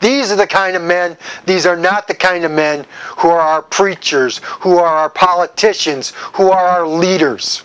these are the kind of men these are not the kind of men who are preachers who are politicians who are leaders